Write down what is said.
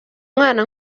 mwana